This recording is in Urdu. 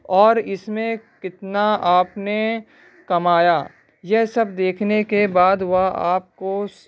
اور اس میں کتنا آپ نے کمایا یہ سب دیکھنے کے بعد وہ آپ کو